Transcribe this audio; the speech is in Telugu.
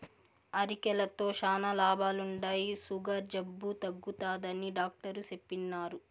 అరికెలతో శానా లాభాలుండాయి, సుగర్ జబ్బు తగ్గుతాదని డాట్టరు చెప్పిన్నారు